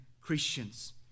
Christians